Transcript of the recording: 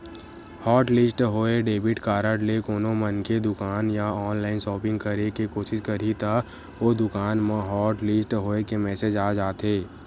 hotlist होए debit card ले कोनो मनखे दुकान या ऑनलाईन सॉपिंग करे के कोसिस करही त ओ दुकान म हॉटलिस्ट होए के मेसेज आ जाथे